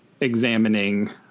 examining